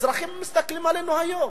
אזרחים מסתכלים עלינו היום,